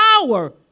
power